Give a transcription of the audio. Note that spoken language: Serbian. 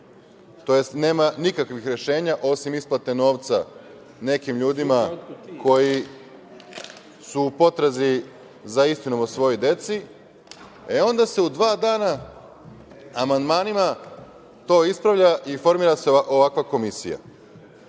tj. nema nikakvih rešenja, osim isplate novca nekim ljudima koji su u potrazi za istinom o svojoj deci, onda se u dva dana amandmanima to ispravlja i formira se ovakva komisija. Ukoliko